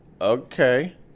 Okay